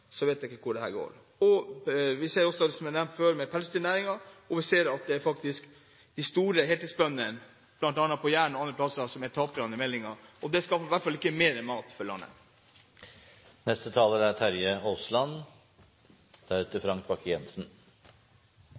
vet jeg ikke hvor dette går. Vi ser også det jeg har nevnt før med pelsdyrnæringen, og vi ser at det er de store heltidsbøndene, bl.a. på Jæren og andre steder, som er taperne i meldingen. Og det skaffer i hvert fall ikke mer mat for landet.